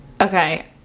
okay